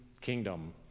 kingdom